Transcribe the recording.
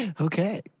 okay